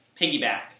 piggyback